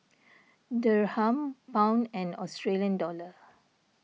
Dirham Pound and Australian Dollar